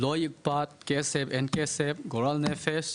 לא מפאת כסף, אין כסף, גורל נפש,